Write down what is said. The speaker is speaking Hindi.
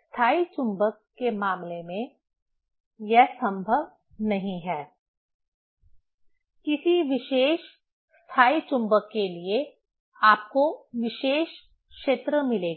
स्थायी चुंबक के मामले में यह संभव नहीं है किसी विशेष स्थायी चुंबक के लिए आपको विशेष क्षेत्र मिलेगा